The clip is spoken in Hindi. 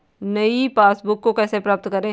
नई पासबुक को कैसे प्राप्त करें?